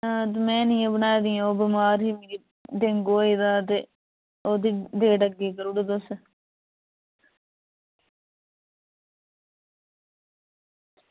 हां ते में निं हैन बनाई दियां अं'ऊ बमार ही मिगी डेंगू होई गेदा हा ते ओह्दी डेट अग्गें करी ओड़ो तुस